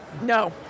No